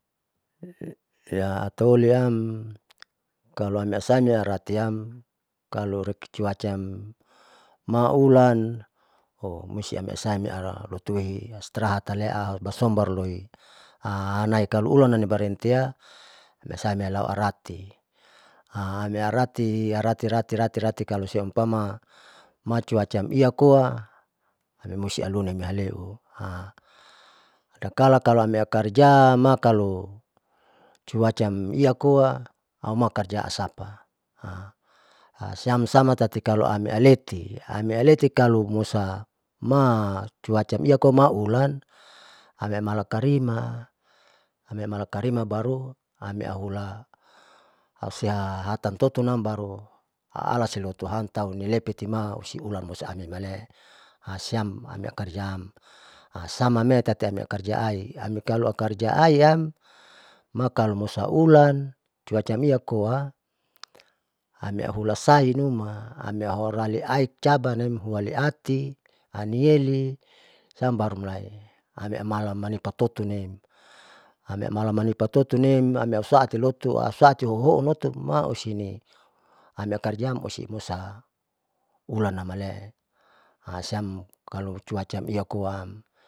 Hiya ataoliam kalo amiasainiara tatiam kaloreki cuacaam maulanpo musti amiasaini larotue istirahat aleabasombar loi, naikalo ulan nibarentia biasame lau arati amiarati arati rati rati kalo siumpama macuaca iakoa amoisialon adakala kalo amia karja makalo cuacaam iakoa auma karja asapa, siam sama tati kalo amialeti amialeti kalo lama cuaca iakomaulan amiamala karima amiamala karima baru amiauhula ausia hatan tati totunam baru alasilotuam kalo mulepitima osiulan osiamem malee siam amiakarja am, sama mee tatiamikarja laai amikalo karja aiam makalo musa ulan cuaca iam koa ami auhula saile amiahorale aicaban nem hulale ati nieli siam baru ula ameamalan, manipa totun nem amiamala manipa totunnem amiasauti lotu asauti hoon otun matau inem amiakarjaam hosi sanulanamalee siam kalo cuaca iamkoa.